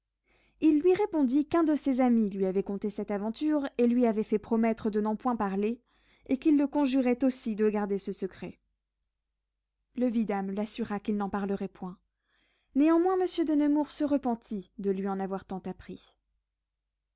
il lui répondit qu'un de ses amis lui avait conté cette aventure et lui avait fait promettre de n'en point parler et qu'il le conjurait aussi de garder ce secret le vidame l'assura qu'il n'en parlerait point néanmoins monsieur de nemours se repentit de lui en avoir tant appris